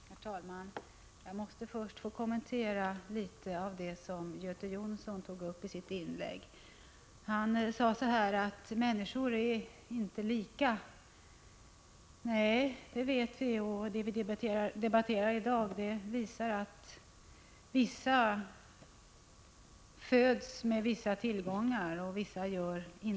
Herr talman! Jag måste först få kommentera något av det som Göte Jonsson tog upp i sitt inlägg. Göte Jonsson sade att människor inte är lika. Nej, det är de inte. Det vi debatterar i dag visar att somliga föds med vissa tillgångar medan andra inte gör det.